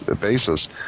basis